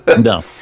No